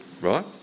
Right